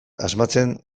asmatzen